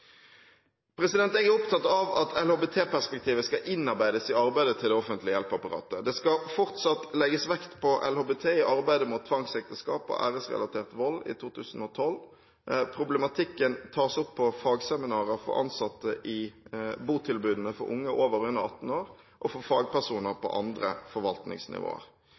Jeg er opptatt av at LHBT-perspektivet skal innarbeides i arbeidet til det offentlige hjelpeapparatet. Det skal fortsatt legges vekt på LHBT i arbeidet mot tvangsekteskap og æresrelatert vold i 2012. Problematikken tas opp på fagseminarer for ansatte i botilbudene for unge over og under 18 år og for fagpersoner på andre forvaltningsnivåer.